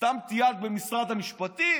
סתם טיילת במשרד המשפטים?